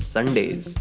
Sundays